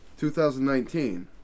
2019